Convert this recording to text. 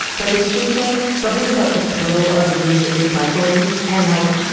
but it's just, like, something about the thrill of immediate recycling, and like,